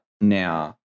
now